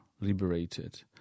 liberated